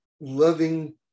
loving